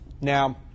Now